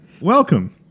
welcome